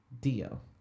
deal